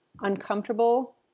uncomfortable